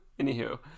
Anywho